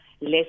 less